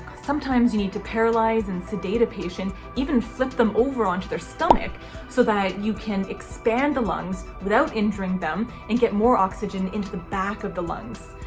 sometimes you need to paralyze and sedate a patient, even flip them over onto their stomach so that you can expand the lungs without injuring them and get more oxygen into the back of the lungs.